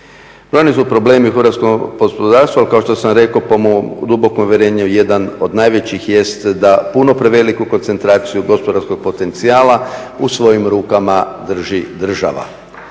Mnogi su problemi u hrvatskom gospodarstvu ali kao što sam rekao po mom dubokom uvjerenju jedan od najvećih jest da puno preveliku koncentraciju gospodarskog potencijala u svojim rukama drži država.